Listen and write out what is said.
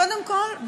קודם כול,